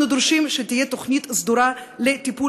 אנחנו דורשים שתהיה תוכנית סדורה לטיפול